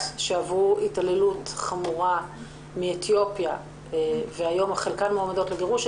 מאתיופיה שעברו התעללות חמורה והיום חלקן מועמדות לגירוש.